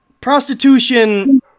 prostitution